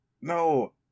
No